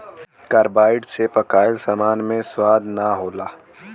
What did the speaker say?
carbide से पकाइल सामान मे स्वाद ना होला